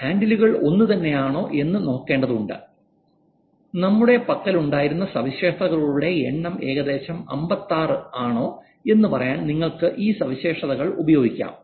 ഹാൻഡിലുകൾ ഒന്നുതന്നെയാണോ എന്ന് നോക്കേണ്ടതുണ്ട് നമ്മുടെ പക്കലുണ്ടായിരുന്ന സവിശേഷതകളുടെ എണ്ണം ഏകദേശം 56 ആണോ എന്ന് പറയാൻ നിങ്ങൾക്ക് ഈ സവിശേഷതകൾ ഉപയോഗിക്കാം